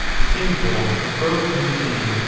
the same holds of growth and decay.